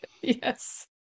Yes